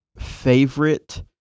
favorite